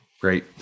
Great